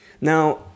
Now